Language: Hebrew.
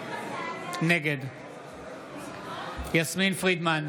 נגד יסמין פרידמן,